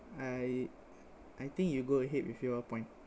I I think you go ahead with your point